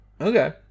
Okay